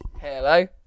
Hello